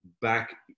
back